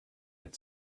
had